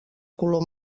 color